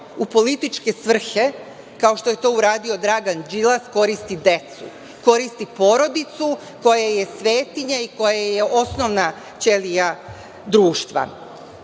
u političke svrhe, kao što je to uradio Dragan Đilas, koristi decu, koristi porodicu koja je svetinja i koja je osnovna ćelija društva. Politika